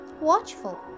watchful